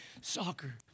soccer